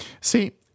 See